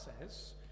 says